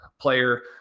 player